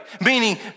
meaning